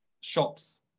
shops